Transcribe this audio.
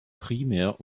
primär